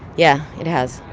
yeah, it has.